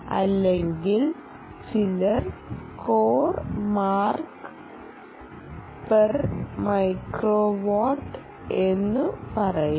അല്ലെങ്കിൽ ചിലർ core mark per microwatt എന്നു പറയുന്നു